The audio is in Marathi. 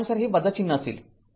तर त्यानुसार हे चिन्ह असेल